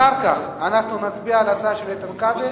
אחר כך אנחנו נצביע על ההצעה של איתן כבל.